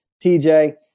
TJ